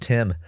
Tim